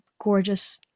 gorgeous